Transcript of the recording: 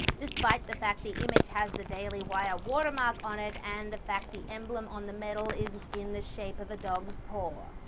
despite the fact the image has the daily wire watermark on it, and the fact the emblem on the medal is in the shape of a dog's paw ah